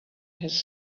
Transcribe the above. his